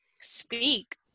speak